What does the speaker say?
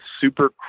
super